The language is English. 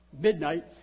midnight